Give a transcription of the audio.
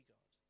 God